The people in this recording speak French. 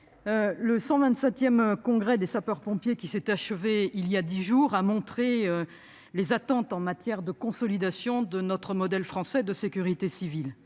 le 127 congrès des sapeurs-pompiers qui s'est achevé il y a dix jours a montré quelles sont les attentes en matière de consolidation de notre modèle français de sécurité civile.